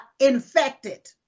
infected